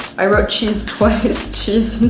i wrote cheese twice, cheese,